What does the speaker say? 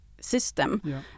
system